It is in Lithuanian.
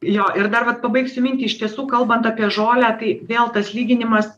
jo ir dar vat pabaigsiu mintį iš tiesų kalbant apie žolę tai vėl tas lyginimas